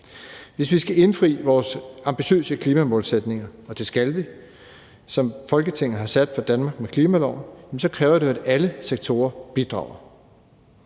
Hvis vi skal indfri vores ambitiøse klimamålsætning – og det skal vi – som Folketinget har sat for Danmark med klimaloven, så kræver det, at alle sektorer bidrager,